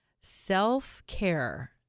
Self-care